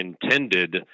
intended